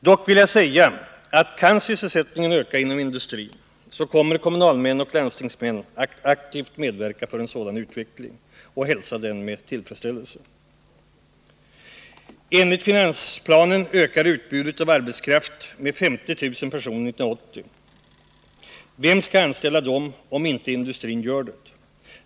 Dock vill jag säga att kan sysselsättningen öka inom industrin, så kommer kommunalmän och landstingsmän att aktivt medverka för en sådan utveckling och hälsa den med tillfredsställelse. Enligt finansplanen ökar utbudet av arbetskraft med 50 000 personer 1980. Vem skall anställa dem om inte industrin gör det?